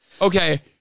Okay